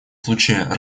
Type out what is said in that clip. случае